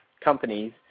companies